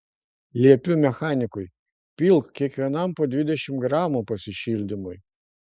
liepiu mechanikui pilk kiekvienam po dvidešimt gramų pasišildymui